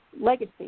Legacy